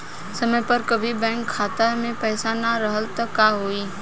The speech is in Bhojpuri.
समय पर कभी बैंक खाता मे पईसा ना रहल त का होई?